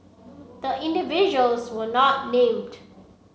the individuals were not named